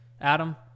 Adam